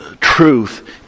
truth